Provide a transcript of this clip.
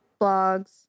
blogs